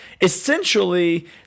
essentially